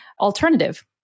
alternative